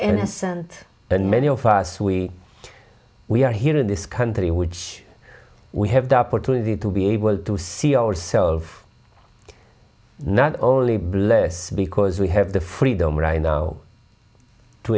innocent and many of us we we are here in this country which we have the opportunity to be able to see ourselves not only bliss because we have the freedom right now to